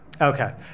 Okay